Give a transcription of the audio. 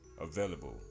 available